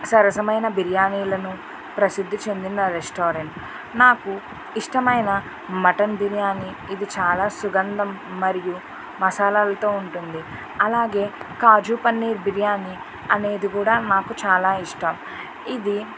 సరసమైన బిర్యానీలను ప్రసిద్ధి చెందిన రెస్టారెంట్ నాకు ఇష్టమైన మటన్ బిర్యానీ ఇది చాలా సుగంధ మరియు మసాలతో ఉంటుంది అలాగే కాజు పన్నీర్ బిర్యానీ అనేది కూడా మాకు చాలా ఇష్టం ఇది